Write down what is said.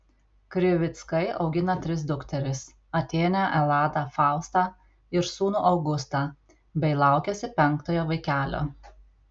krivickai augina tris dukteris atėnę eladą faustą ir sūnų augustą bei laukiasi penktojo vaikelio